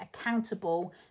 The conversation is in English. accountable